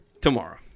tomorrow